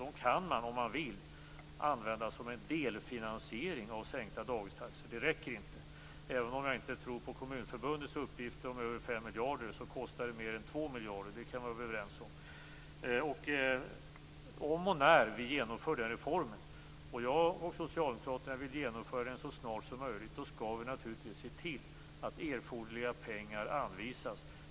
Om man vill kan man använda dem som en delfinansiering av sänkta dagistaxor, men de räcker inte. Även om jag inte tror på Kommunförbundets uppgifter på över 5 miljarder kommer det att kosta mer än 2 miljarder. Det kan vi vara överens om. Om och när vi genomför den reformen - och jag och Socialdemokraterna vill genomföra den så snart som möjligt - skall vi naturligtvis se till att erforderliga pengar anvisas.